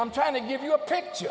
i'm trying to give you a picture